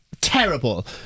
terrible